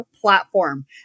platform